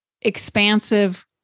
expansive